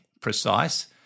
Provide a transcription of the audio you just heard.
precise